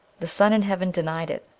the sun in heaven denied it,